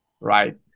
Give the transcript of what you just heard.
right